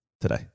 today